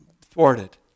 thwarted